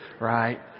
Right